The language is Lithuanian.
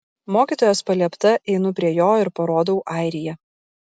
mokytojos paliepta einu prie jo ir parodau airiją